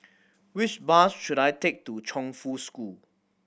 which bus should I take to Chongfu School